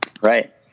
Right